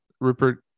Rupert